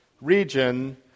region